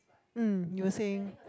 mm you were saying